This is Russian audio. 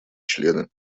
члены